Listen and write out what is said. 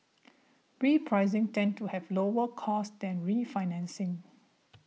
repricing tends to have lower costs than refinancing